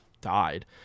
died